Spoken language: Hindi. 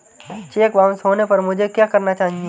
चेक बाउंस होने पर मुझे क्या करना चाहिए?